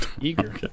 Eager